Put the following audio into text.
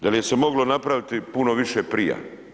Da li se moglo napraviti puno više prije?